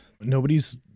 Nobody's